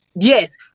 Yes